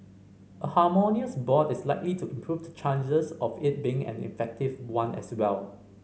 a harmonious board is likely to improve the chances of it being an effective one as well